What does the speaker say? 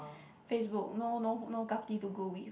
Facebook no no no kaki to go with